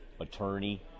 attorney